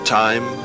time